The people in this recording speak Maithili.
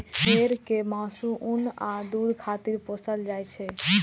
भेड़ कें मासु, ऊन आ दूध खातिर पोसल जाइ छै